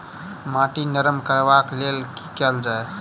माटि नरम करबाक लेल की केल जाय?